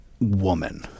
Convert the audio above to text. woman